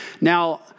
Now